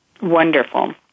wonderful